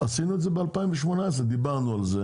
עשינו את זה ב-2018, דיברנו על זה